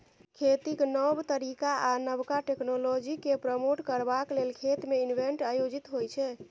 खेतीक नब तरीका आ नबका टेक्नोलॉजीकेँ प्रमोट करबाक लेल खेत मे इवेंट आयोजित होइ छै